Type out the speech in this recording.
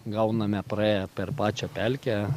gauname praėję per pačią pelkę